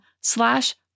slash